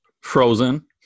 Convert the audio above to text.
Frozen